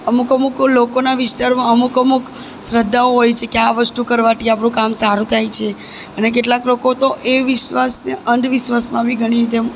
અમુક અમુક લોકોના વિસ્તારમાં અમુક અમુક શ્રદ્ધાઓ હોય છે કે આ વસ્તુ કરવાથી આપણું કામ સારું થાય છે અને કેટલાક લોકો તો એ વિશ્વાસને અંધવિશ્વાસમાં બી ઘણી બધી